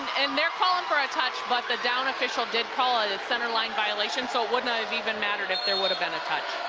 and they're calling fora touch but the down official did call it a center line violation so it would not have even mattered if there would have been a touch.